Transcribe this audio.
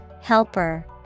Helper